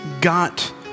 got